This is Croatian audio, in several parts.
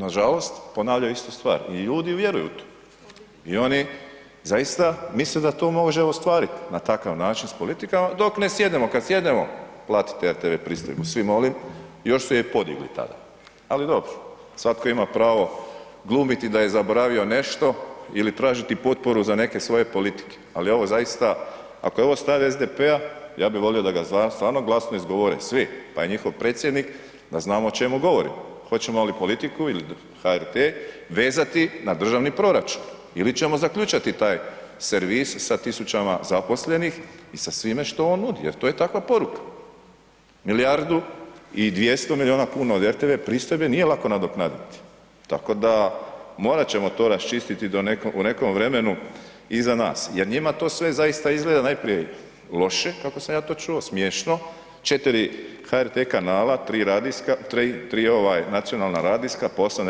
Nažalost, ponavljaju istu stvar i ljudi vjeruju u to i oni zaista misle da to može ostvarit na takav način s politikama dok ne sjednemo, kad sjednemo platite RTV pristojbu svi molim, još su je podigli tada, ali dobro, svatko ima pravo glumiti da je zaboravio nešto ili tražiti potporu za neke svoje politike, ali ovo zaista, ako je ovo stav SDP-a ja bi volio da ga stvarno glasno izgovore svi, taj njihov predsjednik, da znamo o čemu govorimo, hoćemo li politiku ili HRT vezati na državni proračun ili ćemo zaključati taj servis sa tisućama zaposlenih i sa svime što on nudi jer to je takva poruka, milijardu i 200 milijuna kuna od RTV pristojbe nije lako nadoknaditi, tako da morat ćemo to raščistiti u nekom vremenu iza nas jer njima to sve zaista izgleda najprije loše kako sam ja to čuo, smiješno, 4. HRT kanala, 3. radijska, 3. ovaj nacionalna radijska, po 8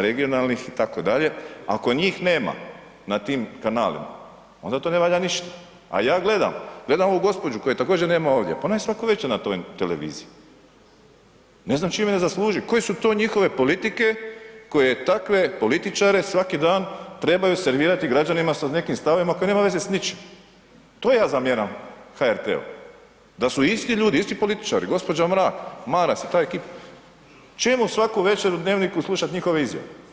regionalnih itd., ako njih nema na tim kanalima onda to ne valja ništa, a ja gledam, gledam ovu gospođu koje također nema ovdje, pa ona je svaku večer na toj televiziji, ne znam čime zasluži, koje su to njihove politike koje takve političare svaki dan trebaju servirati građanima sa nekim stavovima koji nema veze s ničim, to ja zamjeram HRT-u, da su isti ljudi, isti političari, gđa. Mrak, Maras i ta ekipa, čemu svaku večer u Dnevniku slušat njihove izjave.